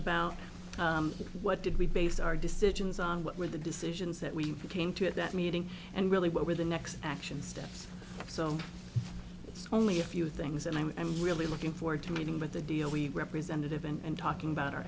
about what did we base our decisions on what were the decisions that we came to at that meeting and really what were the next action steps so it's only a few things and i'm really looking forward to meeting with the deal we representative and talking about our